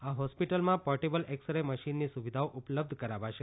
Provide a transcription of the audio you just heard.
આ હોસ્પિટલમાં portable x ray મશીનની સુવિધાઓ ઉપલબ્ધ કરાવાશે